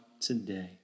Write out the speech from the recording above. today